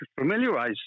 familiarize